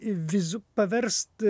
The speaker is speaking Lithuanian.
vizu paverst